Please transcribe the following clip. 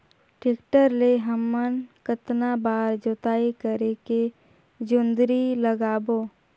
Tractor ले हमन कतना बार जोताई करेके जोंदरी लगाबो?